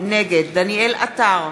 נגד דניאל עטר,